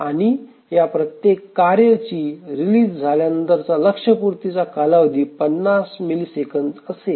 आणि या प्रत्येक कार्य ची रिलीज झाल्यानंतरचा लक्ष पूर्तीचा कालावधी 50 मिली सेकंद असेल